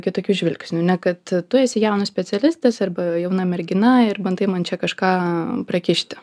kitokiu žvilgsniu ne kad tu esi jaunas specialistas arba jauna mergina ir bandai man čia kažką prakišti